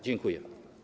Dziękuję.